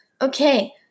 Okay